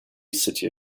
city